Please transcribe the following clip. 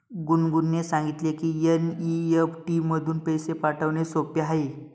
गुनगुनने सांगितले की एन.ई.एफ.टी मधून पैसे पाठवणे सोपे आहे